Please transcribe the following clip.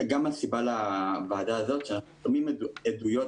הסיבה לקיום הוועד הזו היא מכיוון שאנחנו שמענו הרבה עדויות